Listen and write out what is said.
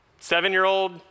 seven-year-old